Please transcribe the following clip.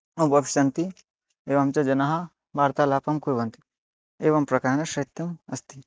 उपविशन्ति एवं च जनाः वार्तालापं कुर्वन्ति एवं प्रकारेण शैत्यम् अस्ति